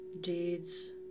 deeds